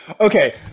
Okay